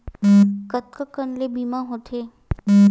कतका कन ले बीमा होथे?